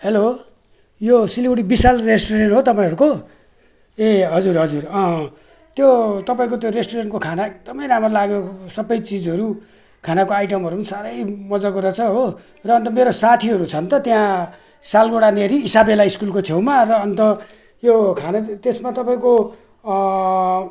hello यो Silgadhi Vishal restaurant हो तपाईँहरूको ए हजुर हजुर अँ त्यो तपाईँको त्यो रेस्टुरेन्टको खाना एकदमै राम्रो लाग्यो सबै चिजहरू खानाको आइटमहरू पनि साह्रै मजाको रहेछ हो र अन्त मेरो साथीहरू छन् त त्यहाँ सालुगडानिर इसाबेला स्कुलको छेउमा र अन्त यो खाना चाहिँ त्यसमा तपाईँको